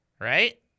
right